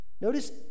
Notice